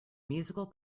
musical